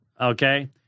okay